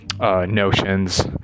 notions